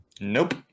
Nope